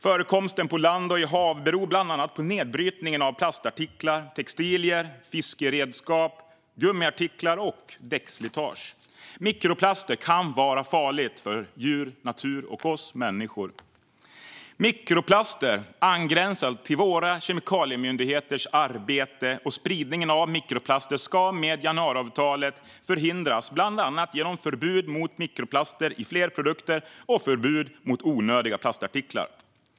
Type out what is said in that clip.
Förekomsten på land och i hav beror bland annat på nedbrytningen av plastartiklar, textilier, fiskeredskap, gummiartiklar och däckslitage. Mikroplaster kan vara farliga för djur, natur och oss människor. Mikroplaster angränsar till våra kemikaliemyndigheters arbete, och spridningen av mikroplaster ska med januariavtalet förhindras bland annat genom förbud mot mikroplaster i fler produkter och förbud mot onödiga plastartiklar.